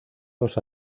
los